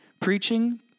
preaching